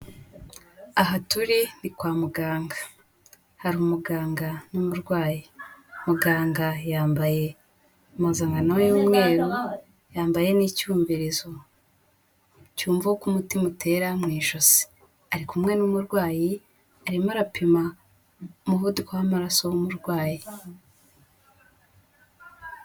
Aha turi, ni kwa muganga; hari umuganga n'umurwayi. Muganga yambaye mazankano y'umweru, yambaye n'icyomvizo cyumva uko umutima utera mu ijosi. Ari kumwe n'umurwayi, arimo arapima umuvuduko w'amaraso w'umurwayi.